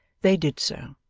they did so,